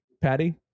patty